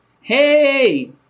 Hey